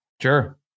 Sure